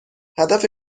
هدف